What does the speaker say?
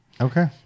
Okay